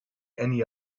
any